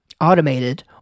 automated